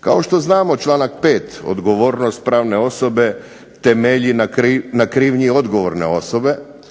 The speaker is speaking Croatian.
Kao što znamo članak 5. odgovornost pravne osobe temelji na krivnji odgovorne osobe,